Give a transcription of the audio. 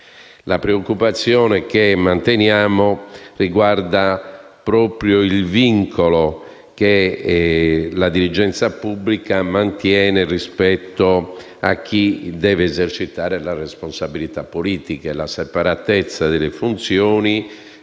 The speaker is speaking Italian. preoccupazione riguarda proprio il vincolo che la dirigenza pubblica mantiene rispetto a chi deve esercitare la responsabilità politica. La separatezza delle funzioni